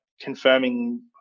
confirming